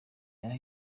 aho